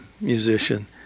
musician